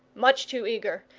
much too eager,